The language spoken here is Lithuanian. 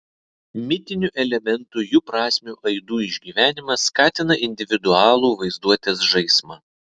mitinių elementų jų prasmių aidų išgyvenimas skatina individualų vaizduotės žaismą